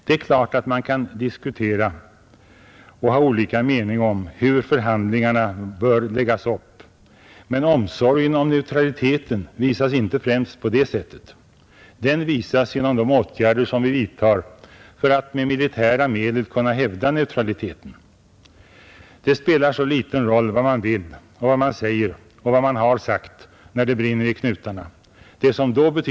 Det är klart att man kan diskutera och ha olika meningar om hur förhandlingarna bör läggas upp. Men omsorgen om neutraliteten visas inte främst på det sättet. Den visas genom de åtgärder som vi vidtar för att med militära medel kunna hävda neutraliteten. Det spelar så liten roll vad man vill, vad man säger och vad man har sagt, när det brinner i knutarna.